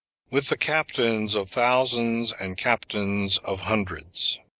with the captains of thousands and captains of hundreds.